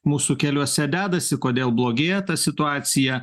mūsų keliuose dedasi kodėl blogėja ta situacija